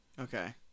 Okay